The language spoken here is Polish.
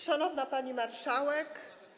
Szanowna Pani Marszałek!